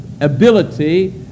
ability